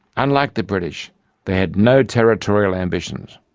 unlike the british, they had no territorial ambitions.